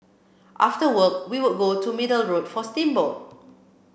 after work we would go to Middle Road for steamboat